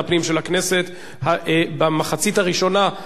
במחצית הראשונה של הכנסת השמונה-עשרה.